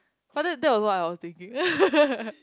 oh that that was what I was thinking